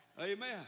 Amen